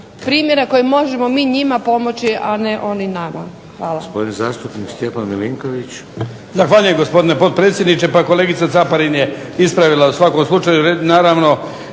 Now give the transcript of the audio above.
primjera koje možemo mi njima pomoći, a ne oni nama. Hvala.